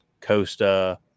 Costa